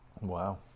Wow